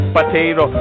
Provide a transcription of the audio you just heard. Potato